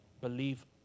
Believe